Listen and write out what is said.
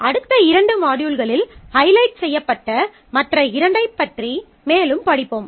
அடுத்த இரண்டு மாட்யூல்களில் ஹைலைட் செய்யப்பட்ட மற்ற இரண்டைப் பற்றி மேலும் படிப்போம்